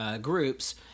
groups